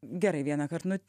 gerai vienąkart nu